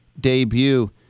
debut